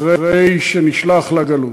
אחרי שנשלח לגלות,